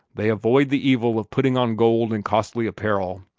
they avoid the evil of putting on gold and costly apparel,